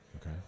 Okay